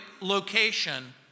location